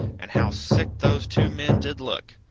and how sick those two men did look!